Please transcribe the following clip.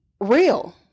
real